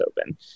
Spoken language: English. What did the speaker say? open